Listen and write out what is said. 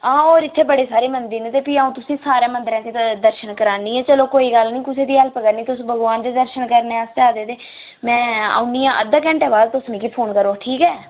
हां होर इत्थै बड़े सारे मंदर ने ते फ्ही आ'ऊं तुसें सारे मंदरे च दर्शन करानी आं चलो कोई गल्ल नी कुसै दी हैल्प करनी तुस भगवान दे दर्शन करने आस्तै आए दे ते में औन्नी आं अद्धे घैंटे बाद तुस मिकी फोन करेओ ठीक ऐ